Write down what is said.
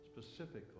specifically